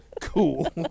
Cool